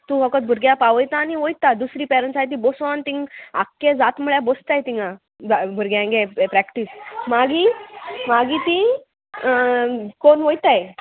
तूं फोकोद भुरग्याक पावयता आनी वयता दुसरी पेरंट्स आय ती बसोन तींग आख्खे जात म्हळ्यार बोसताय तिंगा भुरग्यांक प्रॅक्टीस मागी मागी ती कोन्न वयताय